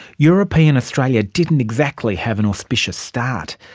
european australia didn't exactly have an auspicious start.